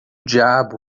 diabo